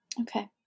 Okay